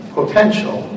potential